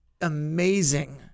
amazing